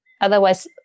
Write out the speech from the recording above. Otherwise